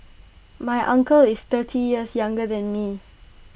my uncle is thirty years younger than me